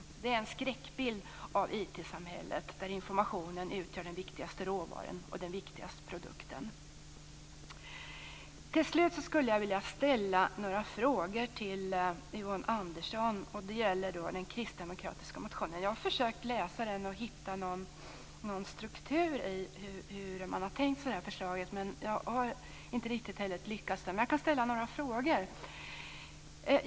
Det är en skräckbild av IT-samhället, där informationen utgör den viktigaste råvaran och den viktigaste produkten. Till slut skulle jag vilja ställa några frågor till Yvonne Andersson om den kristdemokratiska motionen. Jag har läst den och försökt hitta någon struktur i hur man har tänkt sig förslaget, men jag har inte riktigt lyckats. Men jag kan ställa några frågor.